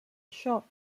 això